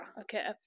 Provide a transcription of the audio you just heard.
Okay